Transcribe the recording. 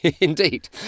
Indeed